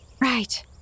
Right